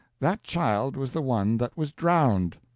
that child was the one that was drowned!